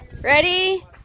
ready